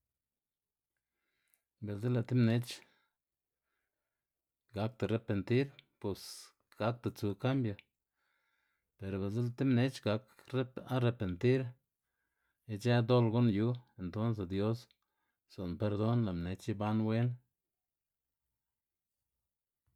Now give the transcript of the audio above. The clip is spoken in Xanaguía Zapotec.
Bi'ltza lë' tib mnech gakda repentir bos gakda tsu kambio, pero bi'lsa lë' tib mnech gak re- arepentir ic̲h̲e dol gu'n yu entonse dios zu'nn perdon lë' mnech iban wen.